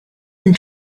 and